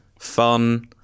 Fun